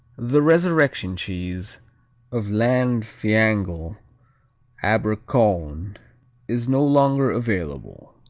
the resurrection cheese of llanfihangel abercowyn is no longer available,